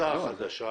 הצעה חדשה